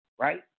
Right